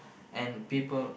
and people